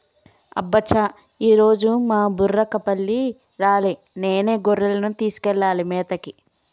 అబ్బ చా ఈరోజు మా బుర్రకపల్లి రాలే నేనే గొర్రెలను తీసుకెళ్లాలి మేతకి